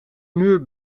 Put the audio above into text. muur